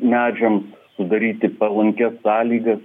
medžiams sudaryti palankias sąlygas